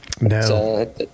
No